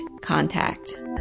contact